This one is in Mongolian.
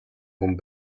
хүн